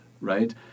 right